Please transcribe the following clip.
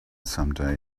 someday